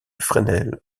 fresnel